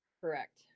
Correct